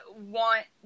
want